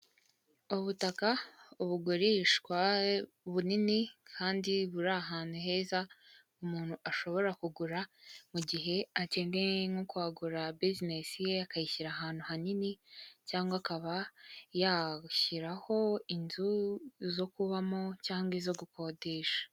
Ubutaka bugurishwa bunini kandi buri ahantu heza umuntu ashobora kugura mu gihe akeneye nko kwagura bizinesi ye akayishyira ahantu hanini cyangwa akaba yashyiraho inzu zo kubamo cyangwa izo gukodesha.